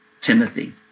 Timothy